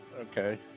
Okay